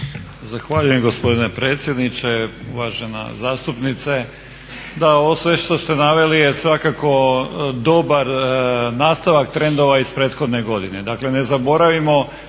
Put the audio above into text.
Zahvaljujem gospodine predsjedniče, uvažena zastupnice. Da, ovo sve što ste naveli je svakako dobar nastavak trendova iz prethodne godine.